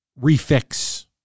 refix